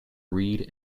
read